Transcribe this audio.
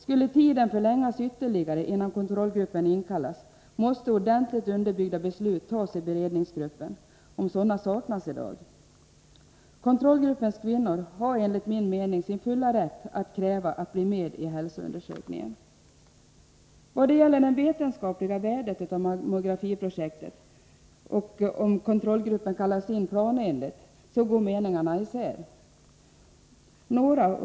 Skulle tiden förlängas ytterligare innan kontrollgruppen inkallas måste ordentligt underbyggda beslut fattas i beredningsgruppen, om sådana i dag saknas. Kontrollgruppens kvinnor har enligt min mening full rätt att kräva att bli med i hälsoundersökningen. När det gäller det vetenskapliga värdet av mammografiprojektet och om kontrollgruppen kallas in planenligt går meningarna isär.